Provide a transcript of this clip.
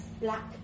black